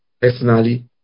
personally